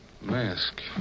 Mask